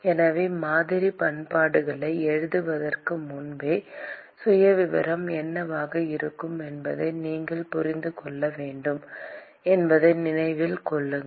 எனவே மாதிரி சமன்பாடுகளை எழுதுவதற்கு முன்பே சுயவிவரம் என்னவாக இருக்கும் என்பதை நீங்கள் புரிந்து கொள்ள வேண்டும் என்பதை நினைவில் கொள்ளுங்கள்